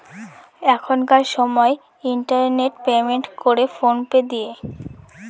এখনকার সময় internet payment করে ফোন পে দিয়ে